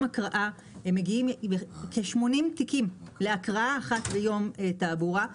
הקראה מגיעים כ-80 תיקים להקראה ביום תעבורה.